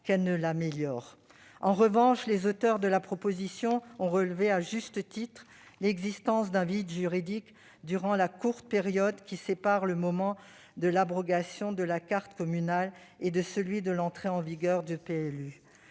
En revanche, les auteurs de la proposition de loi ont relevé à juste titre l'existence d'un vide juridique durant la courte période qui sépare le moment de l'abrogation de la carte communale de celui de l'entrée en vigueur du PLU.